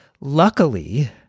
Luckily